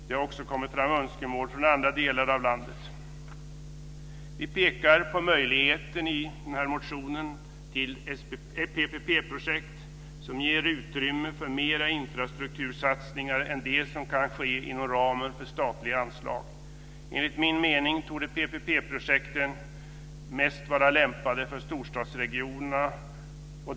Det har också kommit fram önskemål från andra delar av landet. Vi pekar i motionen på möjligheten av s.k. PPP projekt, som ger utrymme för mera infrastruktursatsningar än de som kan ske inom ramen för statliga anslag. Enligt min mening torde PPP-projekten vara mest lämpade för storstadsregionerna.